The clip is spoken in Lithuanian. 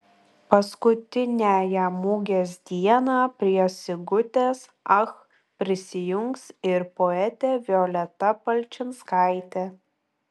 paskutiniąją mugės dieną prie sigutės ach prisijungs ir poetė violeta palčinskaitė